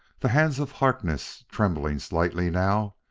the hands of harkness, trembling slightly now,